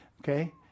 okay